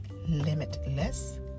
Limitless